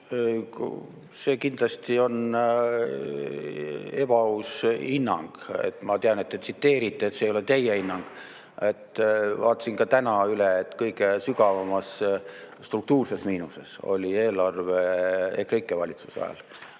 See kindlasti on ebaaus hinnang. Ma tean, et te tsiteerite, et see ei ole teie hinnang. Vaatasin ka täna üle, et kõige sügavamas struktuurses miinuses oli eelarve EKREIKE valitsuse ajal.